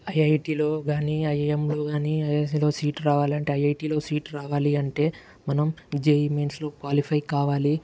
ఐఐటీలో కానీ ఐఐఎంలో కానీ ఐఐఎస్లో సీట్ రావాలంటే ఐఐటీలో సీట్ రావాలి అంటే మనం జేఈఈ మెన్స్లో క్వాలిఫై కావాలి